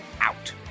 out